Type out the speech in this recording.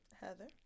Heather